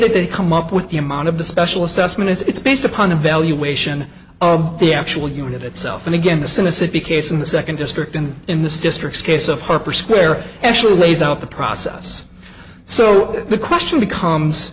that they come up with the amount of the special assessment it's based upon the valuation of the actual unit itself and again this in a city case in the second district and in this district case of harper square actually lays out the process so the question becomes